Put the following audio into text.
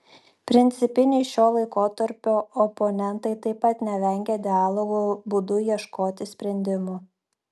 principiniai šio laikotarpio oponentai taip pat nevengė dialogo būdu ieškoti sprendimų